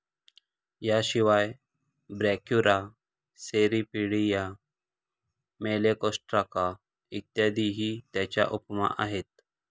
याशिवाय Brachyura, Cirripedia, Malacostraca इत्यादीही त्याच्या उपमा आहेत